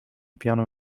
piano